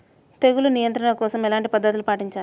తెగులు నియంత్రణ కోసం ఎలాంటి పద్ధతులు పాటించాలి?